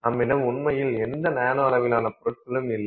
நம்மிடம் உண்மையில் எந்த நானோ அளவிலான பொருட்களும் இல்லை